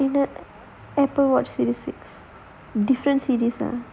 Apple watch different